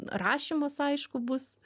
rašymas aišku bus